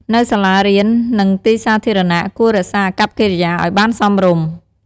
នៅសាលារៀន និងទីសាធារណៈ គួររក្សាអកប្បកិរិយាឲ្យបានសមរម្យ។